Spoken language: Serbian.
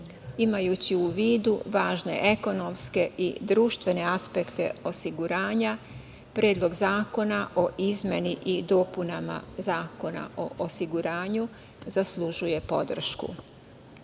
Imajući u vidu važne ekonomske i društvene aspekte osiguranja, Predlog zakona o izmeni i dopunama Zakona o osiguranju zaslužuje podršku. Sledeći